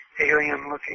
alien-looking